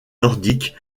nordiques